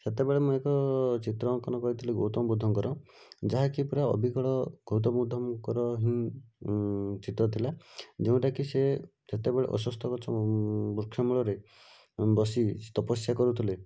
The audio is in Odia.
ସେତେବେଳେ ମୁଁ ଏକ ଚିତ୍ର ଅଙ୍କନ କରିଥିଲି ଗୌତମ ବୁଦ୍ଧଙ୍କର ଯାହାକି ପୁରା ଅବିକଳ ଗୌତମ ବୁଦ୍ଧଙ୍କର ହିଁ ଚିତ୍ର ଥିଲା ଯେଉଁଟା କି ସେ ଯେତେବେଳେ ଅଶ୍ୱଥ ଗଛ ବୃକ୍ଷ ମୂଳରେ ବସି ତପସ୍ୟା କରୁଥିଲେ